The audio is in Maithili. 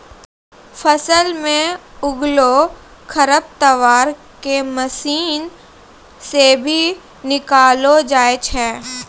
फसल मे उगलो खरपतवार के मशीन से भी निकालो जाय छै